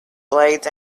blades